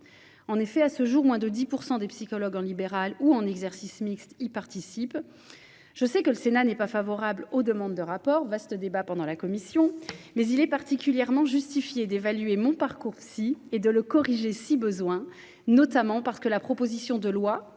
En effet, à ce jour, moins de 10 % des psychologues en libéral ou en exercice mixte y participent. Je sais que le Sénat n'est pas favorable aux demandes de rapport- et nous avons eu un large débat sur ce point en commission -, mais il est particulièrement justifié d'évaluer MonParcoursPsy et de le corriger si besoin, notamment parce que la proposition de loi